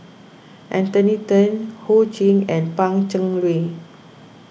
Anthony then Ho Ching and Pan Cheng Lui